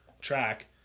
track